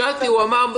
צאצאו,